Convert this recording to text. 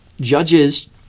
Judges